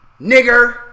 Nigger